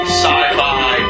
sci-fi